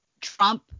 Trump